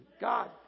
God